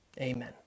Amen